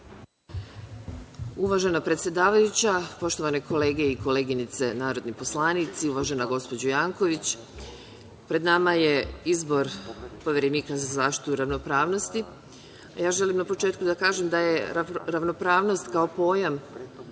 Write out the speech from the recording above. Uvažena predsedavajuća, poštovane kolege i koleginice narodni poslanici, uvažena gospođo Janković, pred nama je izbor Poverenika za zaštitu ravnopravnosti. Želim na početku da kažem da je ravnopravnost kao pojam